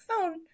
phone